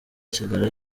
asigara